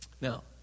Now